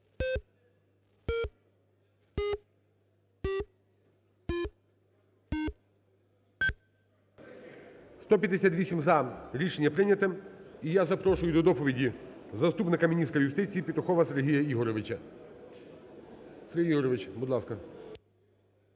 За-158 Рішення прийнято. І я запрошую до доповіді заступника міністра юстиції Петухова Сергія Ігоревича. Сергій Ігоревич, будь ласка.